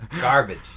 Garbage